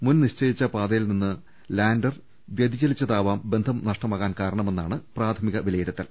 മുൻ നിശ്ചയിച്ച പാതയിൽ നിന്ന് ലാന്റർ വ്യതിചലിച്ചതാവാം ബന്ധം നഷ്ട മായതെന്നാണ് പ്രാഥമിക വിലയിരുത്തൽ